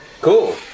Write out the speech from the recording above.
Cool